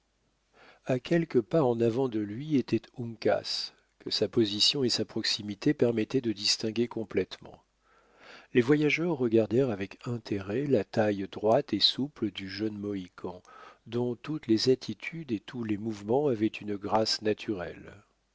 à quelques pas en avant de lui était uncas que sa position et sa proximité permettaient de distinguer complètement les voyageurs regardèrent avec intérêt la taille droite et souple du jeune mohican dont toutes les attitudes et tous les mouvements avaient une grâce naturelle